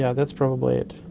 yeah that's probably it.